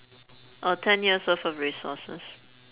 oh ten years worth of resources